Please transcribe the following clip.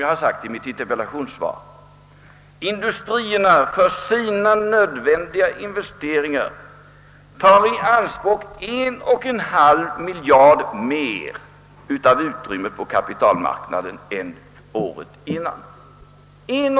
Jag framhöll i mitt interpellationssvar att det är i detta läge som industrierna nu för sina nödvändiga investeringar tar i anspråk en och en halv miljard kronor mer av utrymmet på kapitalmarknaden än året innan.